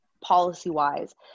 Policy-wise